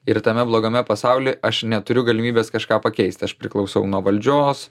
ir tame blogame pasauly aš neturiu galimybės kažką pakeisti aš priklausau nuo valdžios